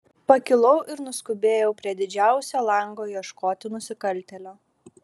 pakilau ir nuskubėjau prie didžiausio lango ieškoti nusikaltėlio